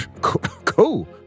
cool